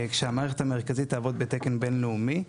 כשהמערכת המרכזית תעבוד בתקן בין-לאומי.